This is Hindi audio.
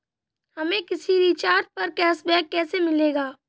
हमें किसी रिचार्ज पर कैशबैक कैसे मिलेगा?